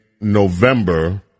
November